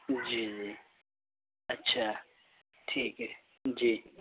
جی جی اچھا ٹھیک ہے جی